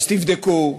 אז תבדקו,